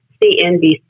CNBC